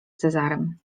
cezarym